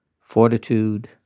fortitude